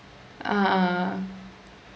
ah ah